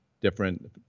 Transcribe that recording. different